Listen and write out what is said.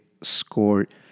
scored